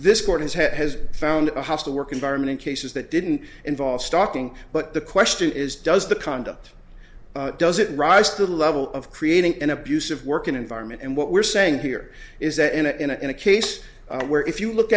court has found a hostile work environment in cases that didn't involve stalking but the question is does the conduct does it rise to the level of creating an abusive work environment and what we're saying here is that in a in a in a case where if you look